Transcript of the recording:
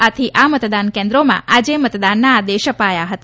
આથી આ મતદાન કેન્દ્રોમાં આજે મતદાનના આદેશ અપાયા હતા